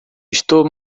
estou